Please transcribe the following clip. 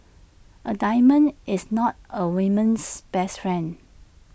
A diamond is not A woman's best friend